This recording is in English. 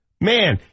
Man